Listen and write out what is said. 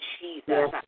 Jesus